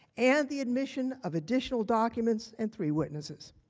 and, the admission of additional documents and three witnesses.